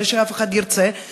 בלי שאף אחד ירצה,